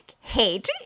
hate